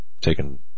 taken